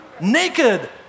Naked